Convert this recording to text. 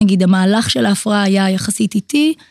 נגיד המהלך של ההפרעה היה יחסית איטי.